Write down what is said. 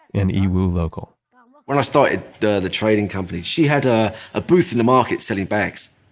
and a yiwu local when i started the the trading company she had ah a booth in the market selling bags.